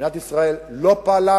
מדינת ישראל לא פעלה,